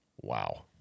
Wow